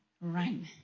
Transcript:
run